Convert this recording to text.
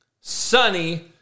sunny